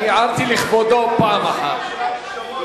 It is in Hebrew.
הערתי לכבודו פעם אחת.